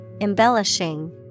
embellishing